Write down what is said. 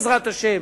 בעזרת השם,